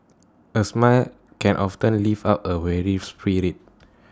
A smile can often lift up A weary spirit